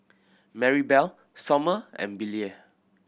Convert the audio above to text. Marybelle Sommer and Billye